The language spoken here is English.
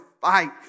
fight